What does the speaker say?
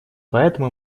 поэтому